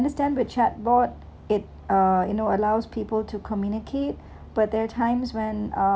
understand with chat board it uh you know allows people to communicate but there are times when uh